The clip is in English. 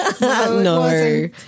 No